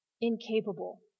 incapable